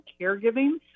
caregiving